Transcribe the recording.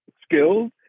skills